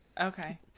Okay